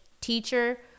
teacher